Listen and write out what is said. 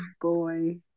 boy